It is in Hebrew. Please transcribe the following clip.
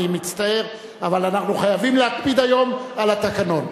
אני מצטער אבל אנחנו חייבים להקפיד היום על התקנון.